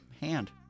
hand